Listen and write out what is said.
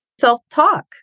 self-talk